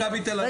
כן.